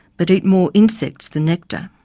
but eat more insects than nectar.